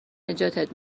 نجاتت